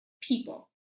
people